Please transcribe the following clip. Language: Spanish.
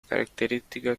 características